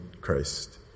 Christ